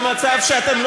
במצב,